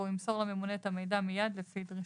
והוא ימסור לממונה את המידע מיד לפי דרישתו."